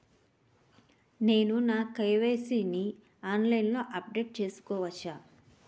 నేను నా కే.వై.సీ ని ఆన్లైన్ లో అప్డేట్ చేసుకోవచ్చా?